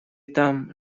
там